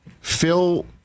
Phil